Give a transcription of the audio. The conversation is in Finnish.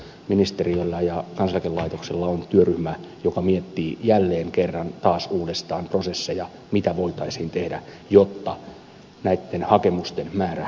ministeriöllä ja kansaneläkelaitoksella on työryhmä joka miettii jälleen kerran taas uudestaan prosesseja mitä voitaisiin tehdä jotta näitten hakemusten määrä saataisiin vähenemään